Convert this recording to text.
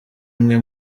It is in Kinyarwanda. umwe